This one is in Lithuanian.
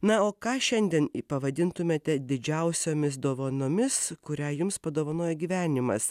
na o ką šiandien pavadintumėte didžiausiomis dovanomis kurią jums padovanojo gyvenimas